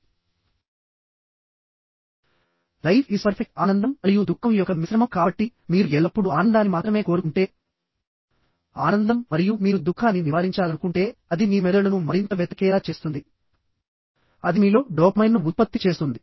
కాబట్టి life is perfect ఆనందం మరియు దుఃఖం యొక్క మిశ్రమం కాబట్టి మీరు ఎల్లప్పుడూ ఆనందాన్ని మాత్రమే కోరుకుంటే ఆనందం మరియు మీరు దుఃఖాన్ని నివారించాలనుకుంటే అది మీ మెదడును మరింత వెతకేలా చేస్తుంది అది మీలో డోపమైన్ను ఉత్పత్తి చేస్తుంది